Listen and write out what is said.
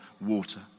water